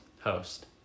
Host